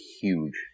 huge